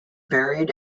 buried